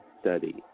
study